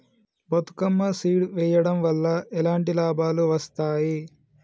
Bathukamma seed వెయ్యడం వల్ల ఎలాంటి లాభాలు వస్తాయి?